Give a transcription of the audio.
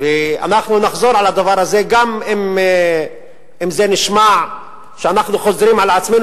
ואנחנו נחזור על הדבר הזה גם אם זה נשמע שאנחנו חוזרים על עצמנו,